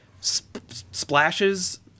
splashes